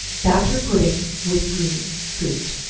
batter pudding with green fruit.